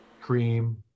Cream